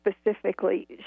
specifically